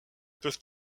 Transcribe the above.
peuvent